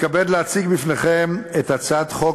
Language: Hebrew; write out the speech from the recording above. אבישי היקר, אנחנו עברנו כבר להצעת חוק